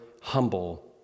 humble